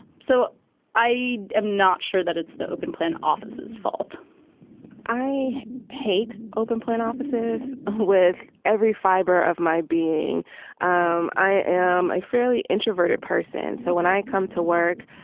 so i am not sure that it's the open plan offices fault i hate open plan offices with every fiber of my being um i am a fairly introverted person, so when i come to work,